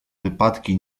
wypadki